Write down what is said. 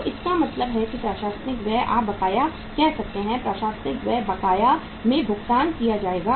तो इसका मतलब है कि प्रशासनिक व्यय आप बकाया कह सकते हैं प्रशासनिक व्यय बकाया में भुगतान किया जाएगा